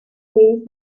raise